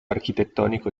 architettonico